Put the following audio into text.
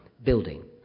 Building